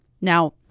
Now